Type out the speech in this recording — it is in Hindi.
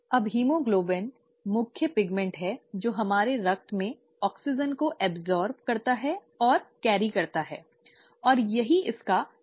अब हीमोग्लोबिन मुख्य पिग्मॅन्ट् है जो हमारे रक्त में ऑक्सीजन को अवशोषित करता है और वहन करता है और यही इसका प्रमुख एकमात्र उद्देश्य है